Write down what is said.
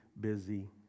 busy